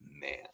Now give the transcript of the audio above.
man